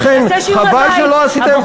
אכן, חבל שלא